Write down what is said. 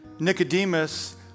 Nicodemus